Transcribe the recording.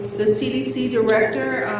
the cdc director,